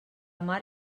mar